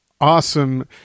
awesome